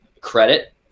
credit